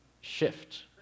shift